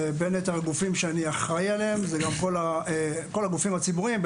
בין יתר הגופים שאני אחראי עליהם זה גם כל הגופים הציבוריים,